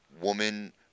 woman